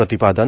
प्रतिपादन